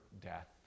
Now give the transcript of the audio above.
death